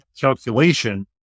calculation